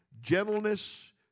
gentleness